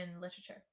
literature